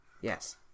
Yes